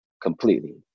completely